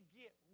get